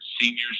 seniors